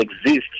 exist